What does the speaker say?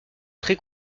très